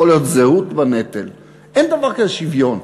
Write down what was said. יכולה להיות זהות בנטל, אין דבר כזה שוויון.